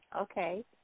Okay